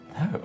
No